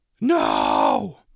no